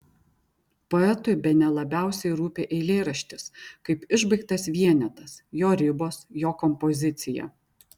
poetui bene labiausiai rūpi eilėraštis kaip išbaigtas vienetas jo ribos jo kompozicija